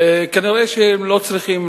כנראה הם לא צריכים,